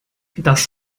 das